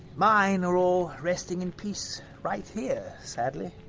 mine are all resting in peace right here, sadly.